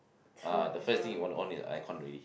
ah the first thing you want to on is aircon already